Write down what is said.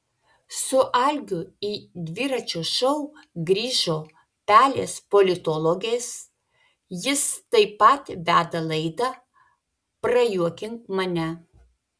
su algiu į dviračio šou grįžo pelės politologės jis taip pat veda laidą prajuokink mane